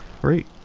Great